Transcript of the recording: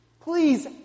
Please